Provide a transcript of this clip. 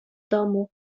domu